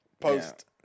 post